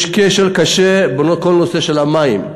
יש כשל קשה בכל נושא המים,